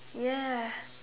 ya